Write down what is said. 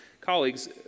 colleagues